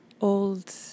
old